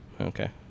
Okay